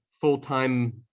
full-time